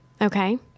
Okay